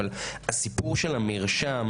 אבל הסיפור של המרשם